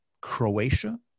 Croatia